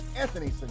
Anthony